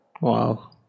Wow